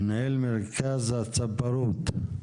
מנהל מרכז הצפרות.